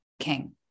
King